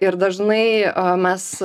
ir dažnai mes